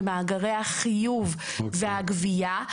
במאגרי החיוב והגבייה,